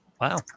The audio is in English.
Wow